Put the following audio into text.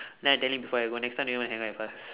then I tell him before I go next time never hang out with us